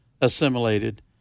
assimilated